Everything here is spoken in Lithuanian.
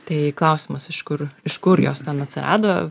tai klausimas iš kur iš kur jos ten atsirado